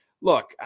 Look